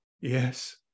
yes